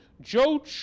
Joe